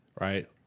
right